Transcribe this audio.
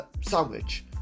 sandwich